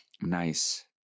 nice